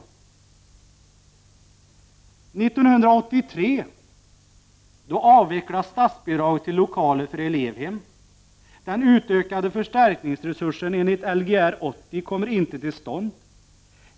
1983 avvecklades statsbidraget till lokaler för elevhem. Den utökade förstärkningsresursen enligt Lgr 80 kommer inte till stånd.